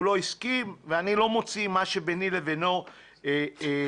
הוא לא הסכים ואני לא מוציא מה שביני לבינו החוצה.